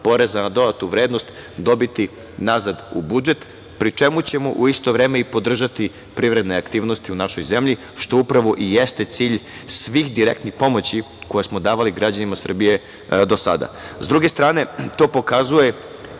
poreza na dodatu vrednost dobiti nazad u budžet, pri čemu ćemo u isto vreme i podržati privredne aktivnosti u našoj zemlji, što upravo i jeste cilj svih direktnih pomoći koje smo davali građanima Srbije do sada.S druge strane, to pokazuje